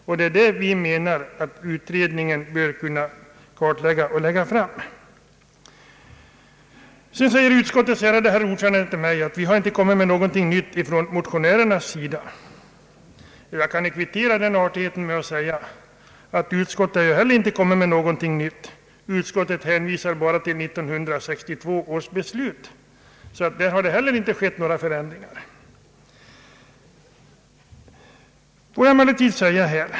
Vi anser att en utredning i detta fall bör kunna kartlägga problemen och lägga fram förslag. Utskottets ärade ordförande sade att motionärerna inte kommit med någonting nytt. Jag kan kvittera den artigheten med att säga att inte heller utskottet har kommit med något nytt. Utskottet hänvisar bara till 1962 års beslut, och det har alltså inte heller självt kommit med några ändringar.